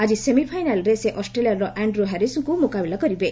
ଆଜି ସେମିଫାଇନାଲ୍ରେ ସେ ଅଷ୍ଟ୍ରେଲିଆର ଆଣ୍ଟ୍ୟ ହାରିସ୍ଙ୍କୁ ମୁକାବିଲା କରିବେ